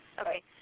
Okay